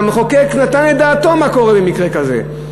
נתן את דעתו מה קורה במקרה כזה.